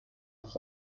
noch